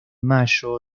mayo